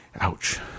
ouch